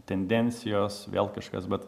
tendencijos vėl kažkas bet